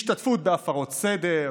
השתתפות בהפרות סדר,